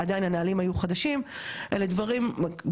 בכלל אם אנחנו מדברים על מי שכבר עברו שבע שנים בבניין,